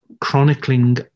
chronicling